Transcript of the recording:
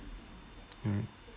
mm